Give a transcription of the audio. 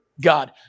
God